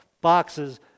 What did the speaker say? boxes